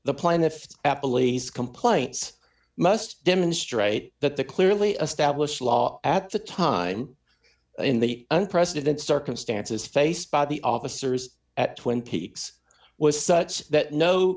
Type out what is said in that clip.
the plaintiff apple lays complaints must demonstrate that the clearly a stablish law at the time in the un president circumstances faced by the officers at twin peaks was such that no